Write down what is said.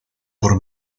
por